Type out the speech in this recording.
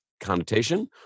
connotation